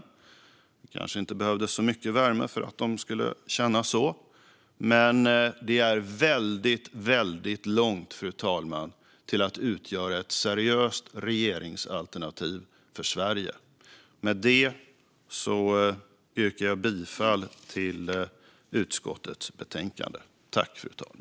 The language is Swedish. Det kanske inte behövdes så mycket värme för att de skulle känna så, men de är väldigt långt från att utgöra ett seriöst regeringsalternativ för Sverige. Med detta yrkar jag bifall till utskottets förslag.